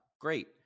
Great